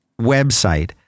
website